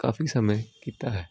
ਕਾਫੀ ਸਮੇਂ ਕੀਤਾ ਹੈ